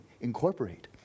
incorporate